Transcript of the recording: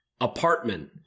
apartment